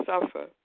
suffer